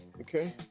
Okay